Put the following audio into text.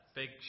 big